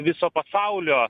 viso pasaulio